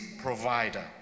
provider